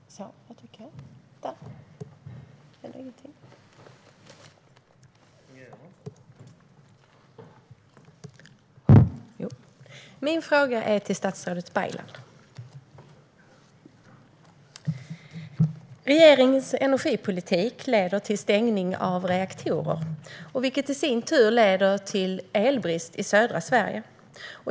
Herr talman! Min fråga är till statsrådet Baylan. Regeringens energipolitik leder till stängning av reaktorer, vilket i sin tur till elbrist i södra Sverige.